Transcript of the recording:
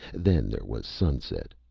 then there was sunset.